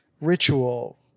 ritual